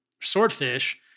swordfish